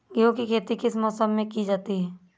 गेहूँ की खेती किस मौसम में की जाती है?